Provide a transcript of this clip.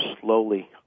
slowly